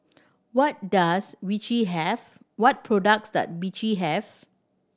what does Vichy have what products does Vichy have